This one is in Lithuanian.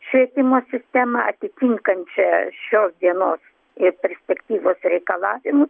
švietimo sistemą atitinkančią šios dienos ir perspektyvos reikalavimų